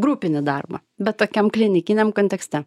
grupinį darbą bet tokiam klinikiniam kontekste